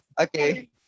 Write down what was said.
Okay